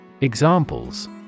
Examples